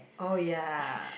oh ya